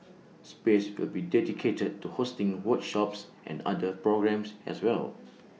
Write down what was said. space will be dedicated to hosting workshops and other programmes as well